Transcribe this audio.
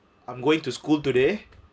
I'm going to school today